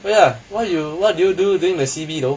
ya what what you do during the C_B though